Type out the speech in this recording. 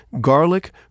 garlic